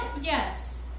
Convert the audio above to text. Yes